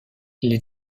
les